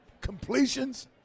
completions